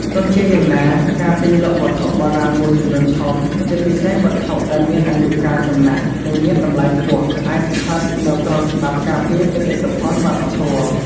ទោះជាយ៉ាងណា ការទិញលក់វត្ថុបុរាណមួយចំនួនធំ ជាពិសេសវត្ថុដែលមានអាយុកាលចំណាស់ និងមានតម្លៃខ្ពស់ អាចស្ថិតនៅក្រោមច្បាប់ការពារបេតិកភណ្ឌវប្បធម៌។